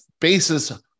basis